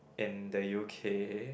in the U_K